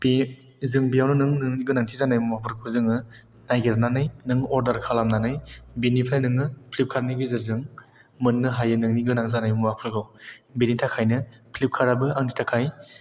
जों बेयावनो नोंनि गोनांथि जानाय मुवाफोरखौ जोङो नायगिरनानै नों अर्दार खालामनानै बेनिफ्राय नोङो फ्लिपकार्ट नि गेजेरजों मोननो हायो नोंनि गोनां जानाय मुवाफोरखौ बेनि थाखायनो फ्लिपकार्ट आबो आंनि थाखाय